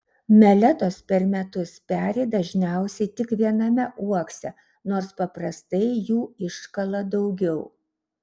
meletos per metus peri dažniausiai tik viename uokse nors paprastai jų iškala daugiau